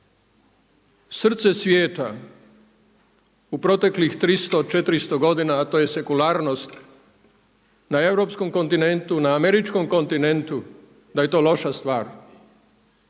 srce svijeta u proteklih 300, 400 godina, a to je sekularnost na europskom kontinentu, na američkom kontinentu da je to loša stvar.